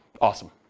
Awesome